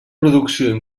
producció